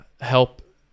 help